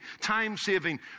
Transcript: time-saving